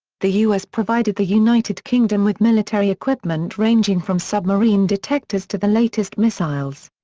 the us provided the united kingdom with military equipment ranging from submarine detectors to the latest missiles.